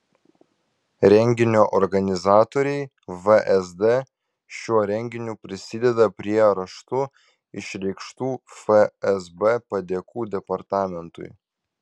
renginio organizatoriai vsd šiuo renginiu prisideda prie raštu išreikštų fsb padėkų departamentui